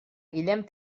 guillem